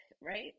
Right